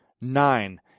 nine